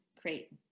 create